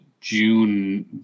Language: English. June